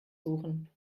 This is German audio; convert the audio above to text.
suchen